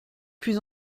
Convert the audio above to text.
plus